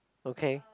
okay